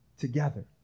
together